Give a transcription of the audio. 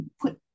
put